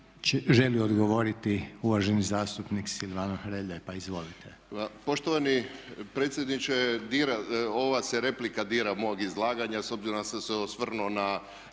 želi odgovoriti uvaženi zastupnik Silvano Hrelja. Pa izvolite. **Hrelja, Silvano (HSU)** Pa poštovani predsjedniče ova se replika dira mog izlaganja s obzirom da sam se osvrnuo na